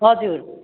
हजुर